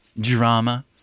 drama